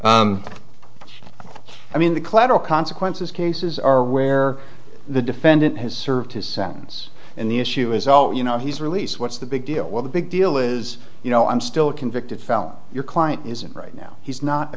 acre i mean the collateral consequences cases are where the defendant has served his sentence and the issue is oh you know he's released what's the big deal well the big deal is you know i'm still a convicted felon your client isn't right now he's not a